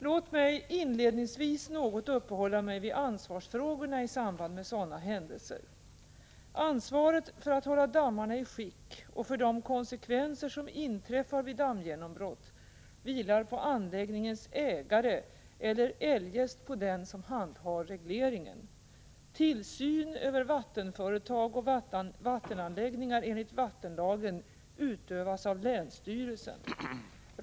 Låt mig inledningsvis något uppehålla mig vid ansvarsfrågorna i samband med sådana händelser. Ansvaret för att hålla dammarna i skick och för konsekvenserna vid dammgenombrott vilar på anläggningens ägare eller eljest på den som handhar regleringen. Tillsyn över vattenföretag och vattenanläggningar enligt vattenlagen utövas av länsstyrelsen.